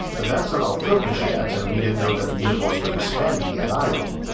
that's not our focus yet and we didn't know that the universe was expanding yet either.